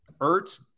Ertz